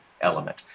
element